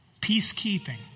Peacekeeping